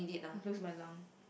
I'll lose my lung